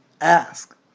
ask